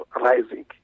rising